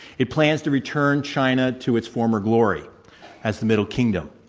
it plans to return china to its former glory as the middle kingdom.